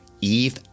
Eve